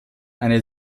eine